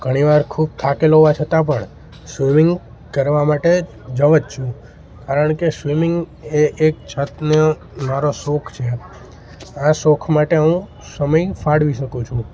ઘણીવાર ખૂબ થાકેલો હોવા છતાં પણ સ્વિમિંગ કરવા માટે જાઉં જ છું કારણ કે સ્વિમિંગ એ એક જાતનો મારો શોખ છે આ શોખ માટે હું સમય ફાળવી શકું છું